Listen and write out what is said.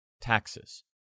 taxes